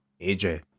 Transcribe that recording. AJ